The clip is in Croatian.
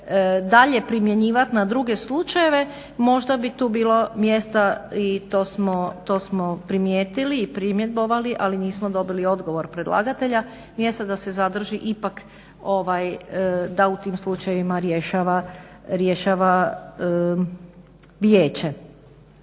dalje primjenjivati na druge slučajeve možda bi tu bilo mjesta i to smo primijetili i primjedbovali, ali nismo dobili odgovor predlagatelja. Mjesto da se zadrži ipak, da u tim slučajevima rješava vijeće.